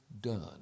done